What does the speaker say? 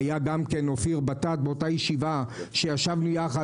והיה באותה ישיבה גם אופיר בטאט שישבנו יחד